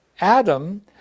Adam